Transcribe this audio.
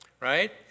right